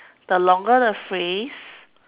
the longer the phrase